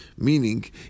Meaning